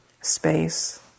space